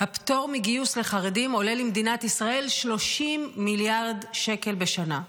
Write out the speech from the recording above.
הפטור מגיוס לחרדים עולה למדינת ישראל 30 מיליארד שקל בשנה,